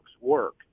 work